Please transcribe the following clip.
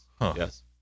Yes